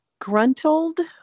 Gruntled